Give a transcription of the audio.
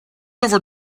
over